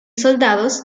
soldados